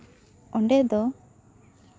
ᱚᱸᱰᱮ ᱫᱚ